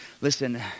Listen